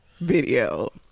video